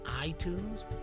iTunes